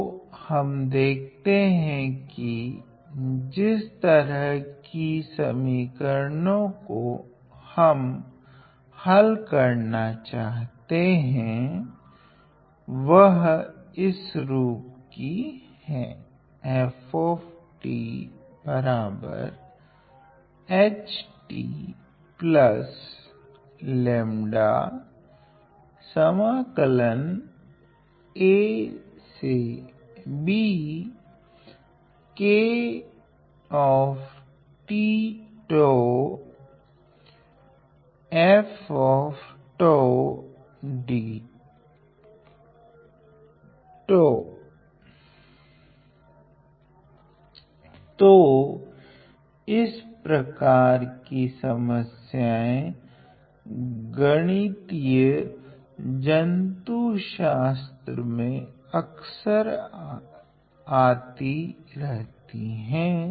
तो हम देखेगे की जिस तरह की समीकरणों को हम हल करना चाहते है वह इस रूप की हैं तो इस प्रकार की समस्याएँ गणितीय जंतुशास्त्र मे अकसर आती रहती हैं